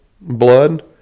blood